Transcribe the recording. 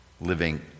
living